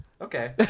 Okay